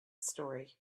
story